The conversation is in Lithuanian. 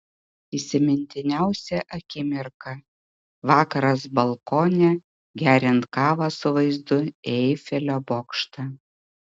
įsimintiniausia akimirka vakaras balkone geriant kavą su vaizdu į eifelio bokštą